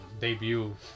debut